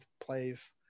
plays